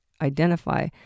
identify